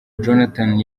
jonathan